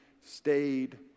stayed